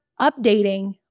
updating